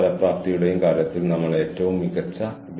കൂടാതെ അത്തരമൊരു അവസരം നിലവിലുണ്ടെന്ന് നമ്മൾ എല്ലാവരും മനസ്സിലാക്കി